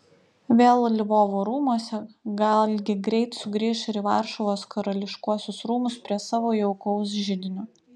vėl lvovo rūmuose galgi greit sugrįš ir į varšuvos karališkuosius rūmus prie savo jaukaus židinio